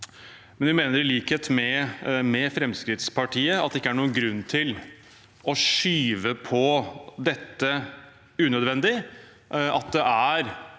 men vi mener i likhet med Fremskrittspartiet at det ikke er noen grunn til å skyve på dette unødvendig,